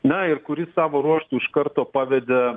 na ir kuris savo ruožtu iš karto pavedė